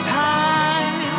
time